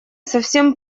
совсем